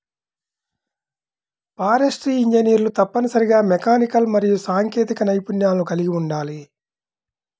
forestry ఇంజనీర్లు తప్పనిసరిగా mechanical మరియు సాంకేతిక నైపుణ్యాలను కలిగి ఉండాలి